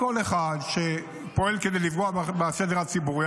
כל אחד שפועל כדי לפגוע בסדר הציבורי,